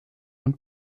und